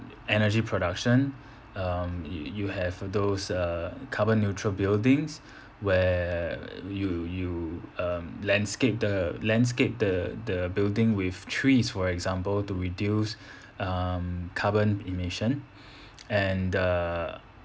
energy production um you you have those uh carbon neutral buildings where you you um landscape the landscape the the building with trees for example to reduce um carbon emission and uh